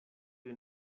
you